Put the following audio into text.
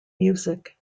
music